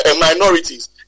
minorities